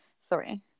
sorry